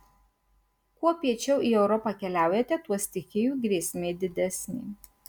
kuo piečiau į europą keliaujate tuo stichijų grėsmė didesnė